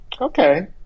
Okay